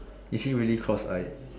is he really cross eyed